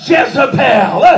Jezebel